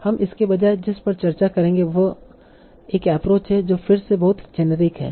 हम इसके बजाय जिस पर चर्चा करेंगे वह एक एप्रोच है जो फिर से बहुत जेनेरिक है